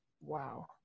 wow